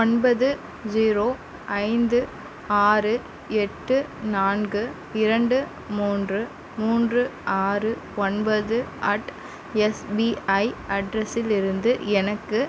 ஒன்பது ஜீரோ ஐந்து ஆறு எட்டு நான்கு இரண்டு மூன்று மூன்று ஆறு ஒன்பது அட் எஸ்பிஐ அட்ரஸிலிருந்து எனக்கு